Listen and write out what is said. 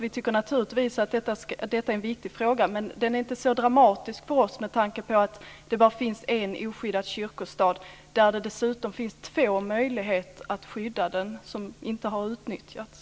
Vi tycker naturligtvis att detta är en viktig fråga, men den är inte så dramatisk för oss med tanke på att det bara finns en oskyddad kyrkstad, där det dessutom finns två möjligheter att skydda den som inte har utnyttjats.